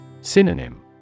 Synonym